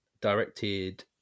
directed